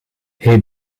hij